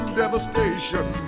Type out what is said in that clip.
devastation